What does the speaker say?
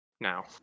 Now